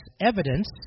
evidence